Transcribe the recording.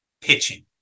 pitching